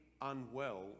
unwell